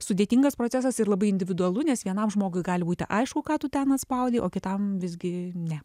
sudėtingas procesas ir labai individualu nes vienam žmogui gali būti aišku ką tu ten atspaudei o kitam visgi ne